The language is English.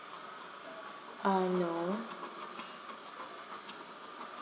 uh no